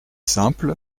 simple